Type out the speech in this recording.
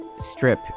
strip